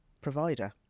provider